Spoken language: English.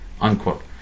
unquote